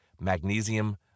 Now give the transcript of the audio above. magnesium